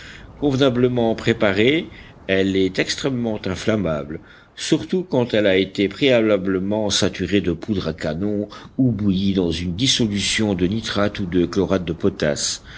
convenablement préparée elle est extrêmement inflammable surtout quand elle a été préalablement saturée de poudre à canon ou bouillie dans une dissolution de nitrate ou de chlorate de potasse